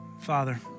Father